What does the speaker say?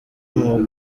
muri